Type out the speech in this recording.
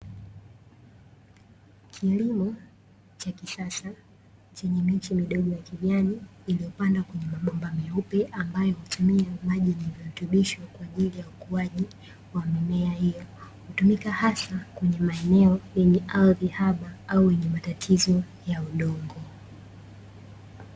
Kilimo cha kisasa, chenye miche midogo ya kijani iliyopandwa kwenye mabomba meupe ambayo hutumia maji yenye virutubisho kwa ajili ya ukuaji wa mimea hiyo, hutumika hasa kwenye maeneo yenye ardhi haba au yenye matatizo ya udongo.